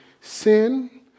sin